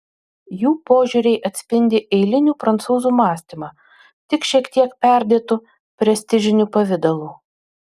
jų požiūriai atspindi eilinių prancūzų mąstymą tik šiek tiek perdėtu prestižiniu pavidalu